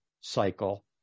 cycle